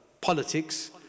politics